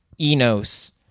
Enos